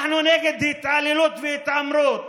אנחנו נגד התעללות והתעמרות